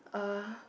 uh